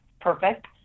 perfect